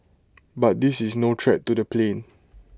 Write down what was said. but this is no threat to the plane